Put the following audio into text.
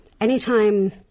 anytime